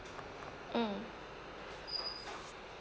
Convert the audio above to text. mm